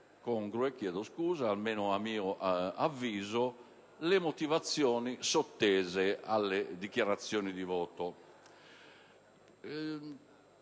non trovo congrue, almeno a mio avviso, le motivazioni sottese alle dichiarazioni di voto.